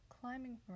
climbing